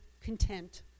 content